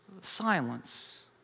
silence